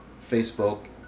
Facebook